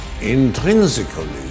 intrinsically